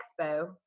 expo